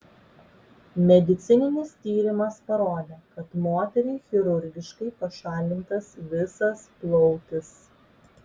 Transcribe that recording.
medicininis tyrimas parodė kad moteriai chirurgiškai pašalintas visas plautis